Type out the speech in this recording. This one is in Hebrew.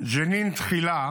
ג'נין תחילה